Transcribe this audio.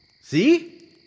See